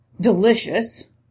delicious